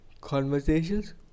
Conversations